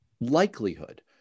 likelihood